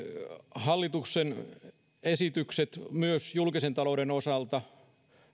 hallituksen esitykset julkisen talouden osalta